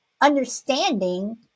understanding